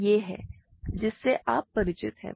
तो यह है जिससे आप परिचित हैं